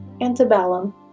Antebellum